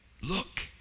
look